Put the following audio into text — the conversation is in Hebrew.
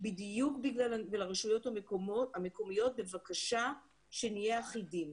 ולרשויות המקומיות בבקשה שנהיה אחידים.